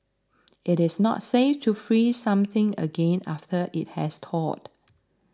it is not safe to freeze something again after it has thawed